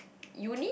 uni